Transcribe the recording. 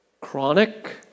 chronic